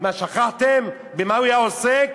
מה, שכחתם במה הוא היה עוסק?